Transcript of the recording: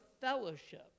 fellowship